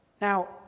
Now